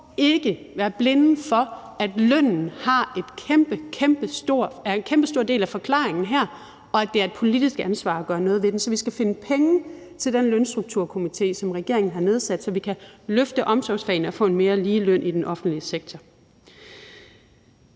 vi må ikke være blinde for, at lønnen er en kæmpe, kæmpe stor del af forklaringen her, og at det er et politisk ansvar at gøre noget ved den. Så vi skal finde penge til den Lønstrukturkomité, som regeringen har nedsat, så vi kan løfte omsorgsfagene og få en mere lige løn i den offentlige sektor.